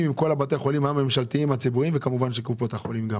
עם כל בתי החולים הציבוריים ועם קופות החולים?